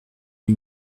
lui